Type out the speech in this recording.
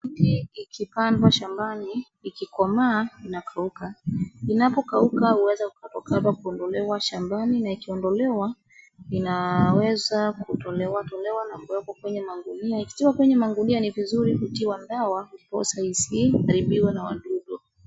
Miti ikikipandwa shambani, ikikomaa, inakauka. Inapokauka huweza ukatolewa hapa kuondolewa shambani na ikiondolewa, inaweza kutolewa tolewa na kuwekwa kwenye magunia. Ikitiwa kwenye magunia, ni vizuri kutiwa dawa ndiposa isiharibiwe na wadudu.